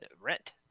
Rent